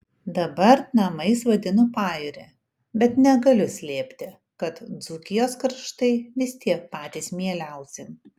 dabar namais vadinu pajūrį bet negaliu slėpti kad dzūkijos kraštai vis tiek patys mieliausi